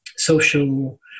social